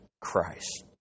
Christ